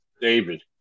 David